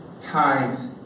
times